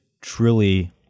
truly